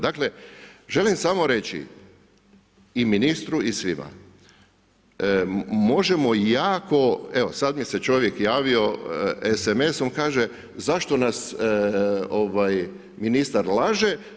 Dakle, želim samo reći i ministru i svima, možemo jako, evo sad mi se čovjek javio SMS-om, kaže, zašto nas ministar laže?